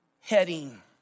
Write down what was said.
heading